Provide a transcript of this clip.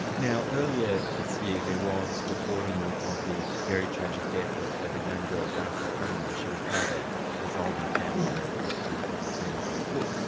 now earlier this year, there was reporting of the very tragic death of of a young girl, darcy freeman, she was part of of a dissolving family where where family court proceedings were afoot,